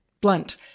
Blunt